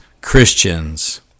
Christians